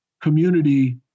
community